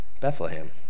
Bethlehem